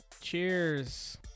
Cheers